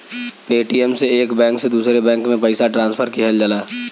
Paytm से एक bank से दूसरे बैंक में पइसा ट्रांसफर किहल जाला